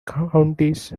counties